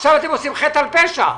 עכשיו אתם מוסיפים חטא על פשע.